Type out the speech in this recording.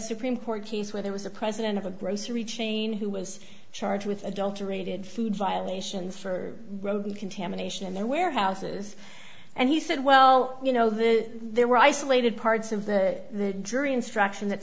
supreme court case where there was a president of a grocery chain who was charged with adulterated food violations for contamination in their warehouses and he said well you know that there were isolated parts of the jury instruction that